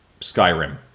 Skyrim